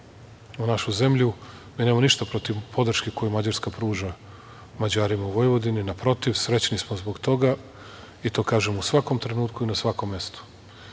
našu zemlju, mi nemamo ništa protiv podrške koju Mađarska pruža Mađarima u Vojvodini, naprotiv, srećni smo zbog toga i to kažem u svakom trenutku i na svakom mestu. Da